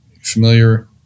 Familiar